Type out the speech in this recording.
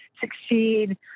succeed